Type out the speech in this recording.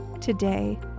today